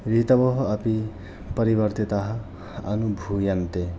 ऋतवः अपि परिवर्तिताः अनुभूयन्ते